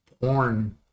Porn